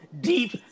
deep